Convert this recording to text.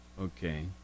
Okay